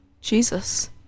jesus